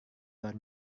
luar